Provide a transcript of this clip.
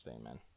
amen